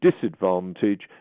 disadvantage